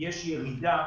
יש ירידה